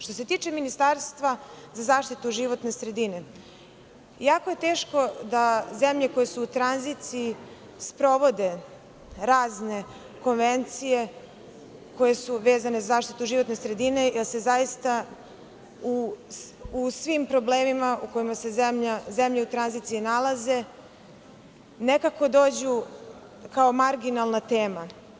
Što se tiče ministarstva za zaštitu životne sredine, jako je teško da zemlje koje su u tranziciji sprovode razne konvencije koje su vezane za zaštitu životne sredine, jer zaista u svim problemima u kojima se zemlje u tranziciji nalaze nekako dođu kao marginalna tema.